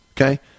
okay